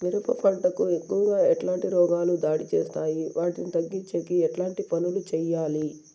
మిరప పంట కు ఎక్కువగా ఎట్లాంటి రోగాలు దాడి చేస్తాయి వాటిని తగ్గించేకి ఎట్లాంటి పనులు చెయ్యాలి?